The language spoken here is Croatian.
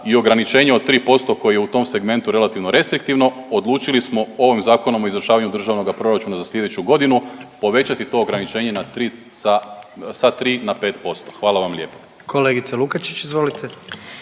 i ograničenje od 3% koje je u tom segmentu relativno restriktivno odlučili smo ovim Zakonom o izvršavanju Državnog proračuna za slijedeću godinu povećati to ograničenje na 3, sa 3 na 5%. Hvala vam lijepa.